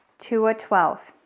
to a twelve.